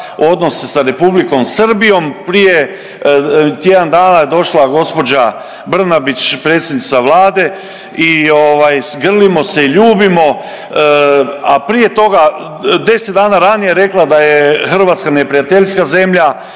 Hrvatska neprijateljska zemlja.